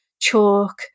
chalk